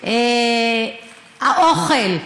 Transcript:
האוכל,